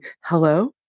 hello